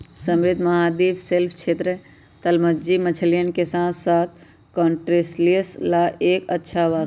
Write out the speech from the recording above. समृद्ध महाद्वीपीय शेल्फ क्षेत्र, तलमज्जी मछलियन के साथसाथ क्रस्टेशियंस ला एक अच्छा आवास हई